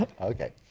Okay